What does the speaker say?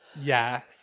Yes